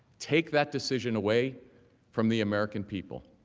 take that decision away from the american people.